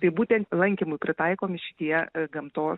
tai būtent lankymui pritaikomi šitie gamtos